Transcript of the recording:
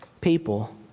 people